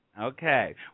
Okay